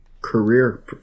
career